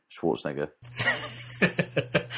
Schwarzenegger